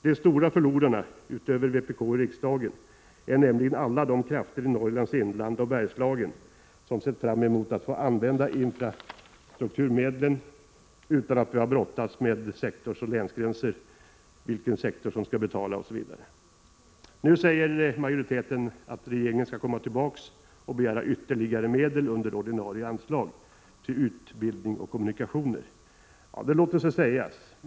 De stora förlorarna — utöver vpk i riksdagen — är nämligen alla de krafter i Norrlands inland och Bergslagen som sett fram emot att få använda infrastrukturmedlen utan att behöva brottas med länsgränser, vilken sektor som skall betala osv. Nu säger majoriteten att regeringen skall komma tillbaka och begära ytterligare medel under ordinarie anslag till utbildning och kommunikationer. Ja, det låter sig sägas.